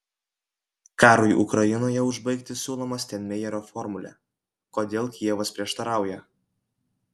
karui ukrainoje užbaigti siūloma steinmeierio formulė kodėl kijevas prieštarauja